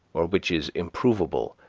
or which is improvable,